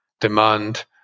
demand